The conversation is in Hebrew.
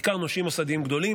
בעיקר נושים מוסדיים גדולים,